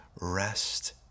rest